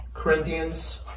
Corinthians